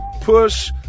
push